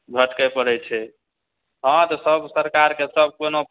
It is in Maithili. भटकै पड़े छै हँ तऽ सब सरकारके सब कोनो